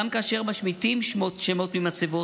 גם כאשר משמיטים שמות ממצבות,